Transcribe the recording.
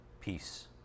peace